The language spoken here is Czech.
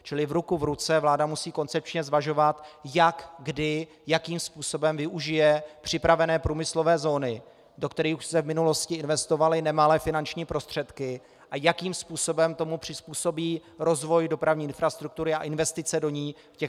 Čili ruku v ruce vláda musí koncepčně zvažovat, jak, kdy a jakým způsobem využije připravené průmyslové zóny, do kterých už se v minulosti investovaly nemalé finanční prostředky, a jakým způsobem tomu přizpůsobí rozvoj dopravní infrastruktury a investice do ní v následujících letech.